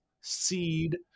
seed